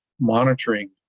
monitoring